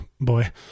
boy